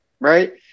right